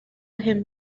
him